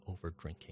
overdrinking